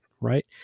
Right